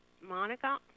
Monica